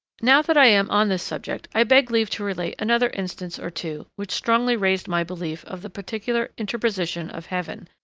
now that i am on this subject i beg leave to relate another instance or two which strongly raised my belief of the particular interposition of heaven,